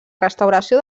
restauració